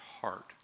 heart